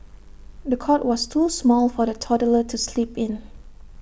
the cot was too small for the toddler to sleep in